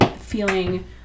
feeling